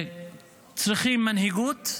צריכים מנהיגות,